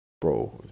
Bro